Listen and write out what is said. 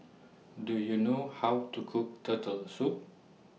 Do YOU know How to Cook Turtle Soup